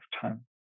time